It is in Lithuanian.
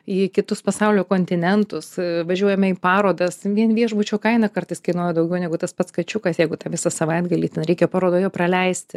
į kitus pasaulio kontinentus važiuojame į parodas vien viešbučio kaina kartais kainuoja daugiau negu tas pats kačiukas jeigu tą visą savaitgalį reikia parodoje praleisti